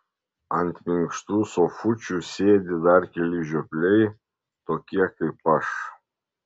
ant minkštų sofučių sėdi dar keli žiopliai tokie kaip aš